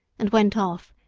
and went off,